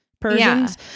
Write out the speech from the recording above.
Persians